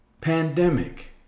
pandemic